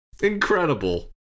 Incredible